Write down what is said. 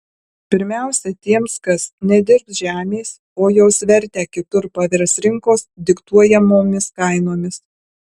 pirmiausia tiems kas nedirbs žemės o jos vertę kitur pavers rinkos diktuojamomis kainomis